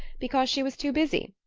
because she was too busy.